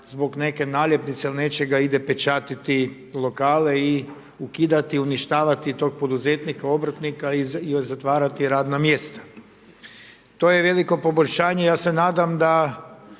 zbog neke naljepnice ili nečega, ide pečatiti lokale i ukidati, uništavati tog poduzetnika, obrtnika, i zatvarati radna mjesta. To je veliko poboljšanje, ja se nadam da